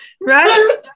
right